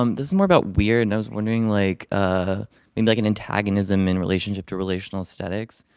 um this is more about wierd and i was wondering like ah maybe like an antagonism in relationship to relational aesthetics.